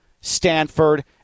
stanford